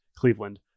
Cleveland